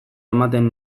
ematen